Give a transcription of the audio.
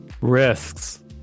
Risks